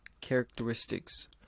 characteristics